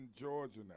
Georgia